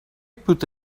put